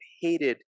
hated